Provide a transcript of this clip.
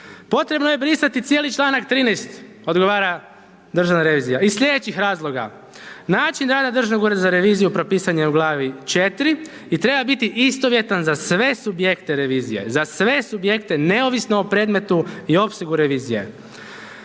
potrebno je brisati cijeli članak 13. odgovara državna revizija, iz slijedećih razloga, način rada Državnog ureda za reviziju propisan je u glavi 4. i treba i biti istovjetan za sve subjekte revizije, za sve subjekte neovisno o predmetu i opsegu revizije.